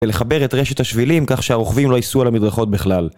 ולחבר את רשת השבילים כך שהרוכבים לא ייסעו על המדרכות בכלל.